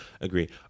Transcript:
agree